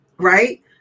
Right